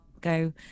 go